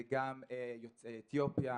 זה גם יוצאי אתיופיה,